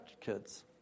kids